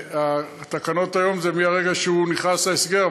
ובתקנות היום זה מרגע שהוא נכנס להסגר,